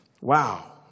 Wow